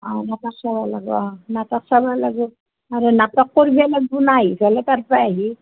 অঁ নাটক চাব লাগিব নাটক চাব লাগিব আৰু নাটক কৰিব লাগিব না আহিফেলে তাৰপে আহি